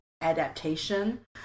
adaptation